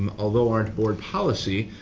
um although our and board policy,